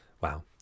Wow